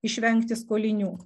išvengti skolinių